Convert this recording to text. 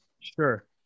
Sure